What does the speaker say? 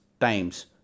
times